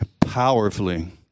powerfully